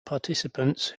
participants